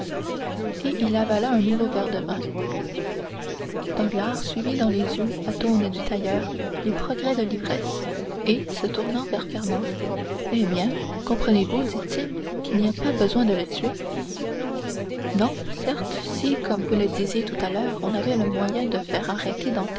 et il avala un nouveau verre de vin danglars suivit dans les yeux atones du tailleur les progrès de l'ivresse et se tournant vers fernand eh bien comprenez-vous dit-il qu'il n'y a pas besoin de le tuer non certes si comme vous le disiez tout à l'heure on avait le moyen de faire arrêter